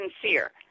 sincere